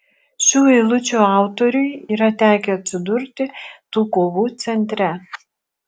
šių eilučių autoriui yra tekę atsidurti tų kovų centre